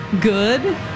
good